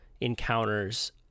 encounters